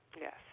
Yes